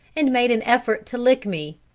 and made an effort to lick me.